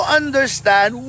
understand